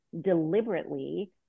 deliberately